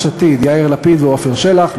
יש עתיד, יאיר לפיד ועפר שלח.